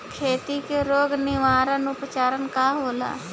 खेती के रोग निवारण उपचार का होला?